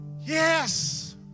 Yes